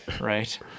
Right